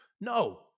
No